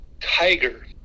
Tiger